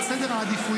את סדר העדיפויות,